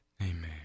Amen